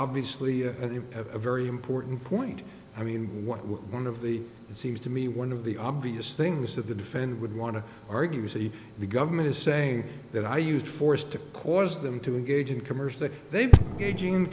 obviously a very important point i mean one of the it seems to me one of the obvious things that the defendant would want to argue say the government is saying that i used force to cause them to engage in commerce that they be gauging